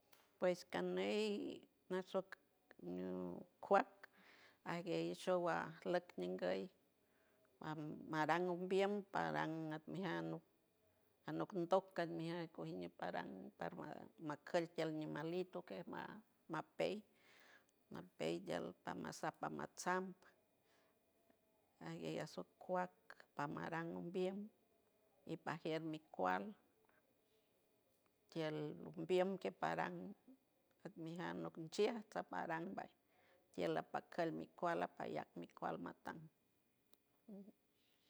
Pueesh caneiin nashoc ñiucuac a guiey shugua alock ningoin marangun bien paran nat mi jiatno anok dotcka mijiar acojinier param paran makielque que animalito quemal mapeyl mapeyl quema sapan matsampa aiyey asotcua pamaran umbie y pajier mi cualj quiel luybien para jetmijiatnu chielta paran vaya quiela paquel micuala payal mi cual mata mmju